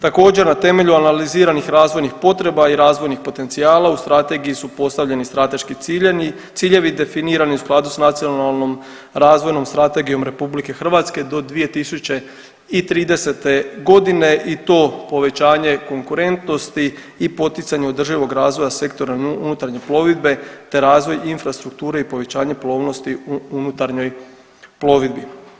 Također na temelju analiziranih razvojnih potreba i razvojnih potencijala u strategiji su postavljeni strateški ciljevi definirani u skladu s Nacionalnom razvojnom strategijom RH do 2030.g. i to povećanje konkurentnosti i poticanje održivog razvoja sektora unutarnje plovidbe te razvoj infrastrukture i povećanje plovnosti u unutarnjoj plovidbi.